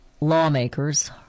lawmakers